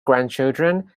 grandchildren